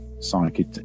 psychic